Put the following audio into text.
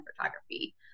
photography